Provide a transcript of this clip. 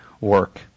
work